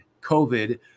COVID